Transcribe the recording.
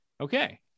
Okay